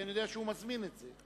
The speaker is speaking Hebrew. כי אני יודע שהוא מזמין את זה.